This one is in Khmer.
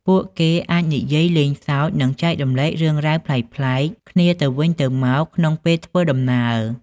ពួកគេអាចនិយាយលេងសើចនឹងចែករំលែករឿងរ៉ាវប្លែកៗគ្នាទៅវិញទៅមកក្នុងពេលធ្វើដំណើរ។